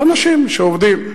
זה אנשים שעובדים.